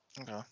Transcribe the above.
Okay